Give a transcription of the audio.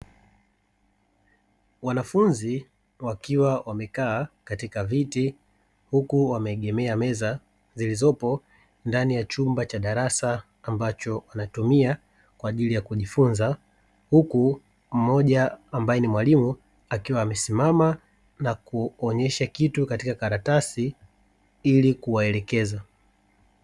Wanafunzi wakiwa wamekaa katika viti huku wameegemea meza zilizopo ndani ya chumba cha darasa ambacho wanatumia kwa ajili ya kujifunza. Huku mmoja ambaye ni mwalimu, akiwa amesimama na kuonyesha kitu katika karatasi ili kuwaelekeza.